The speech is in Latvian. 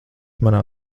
manā